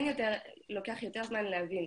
כן לוקח יותר זמן להבין,